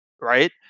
right